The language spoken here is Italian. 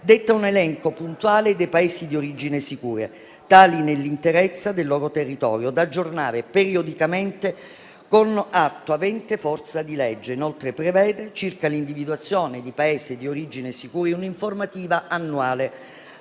detta un elenco puntuale dei Paesi di origine sicuri, tali nell'interezza del loro territorio, da aggiornare periodicamente con atto avente forza di legge. Esso inoltre prevede, circa l'individuazione dei Paesi di origine sicuri, un'informativa annuale